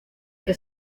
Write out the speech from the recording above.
que